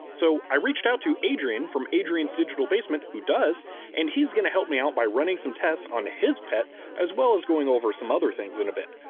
so i reached out to adrian from adrian's digital basement who does and he's gonna help me out by running some tests on his pet as well as going over some other things in a bit.